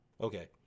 Okay